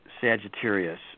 Sagittarius